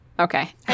okay